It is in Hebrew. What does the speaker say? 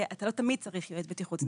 כי אתה לא תמיד צריך יועץ בטיחות.